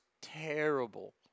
terrible